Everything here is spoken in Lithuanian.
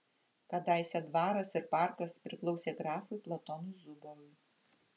kadaise dvaras ir parkas priklausė grafui platonui zubovui